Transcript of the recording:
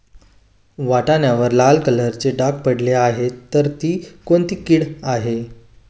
वाटाण्यावर लाल कलरचे डाग पडले आहे तर ती कोणती कीड आहे?